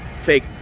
fake